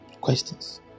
questions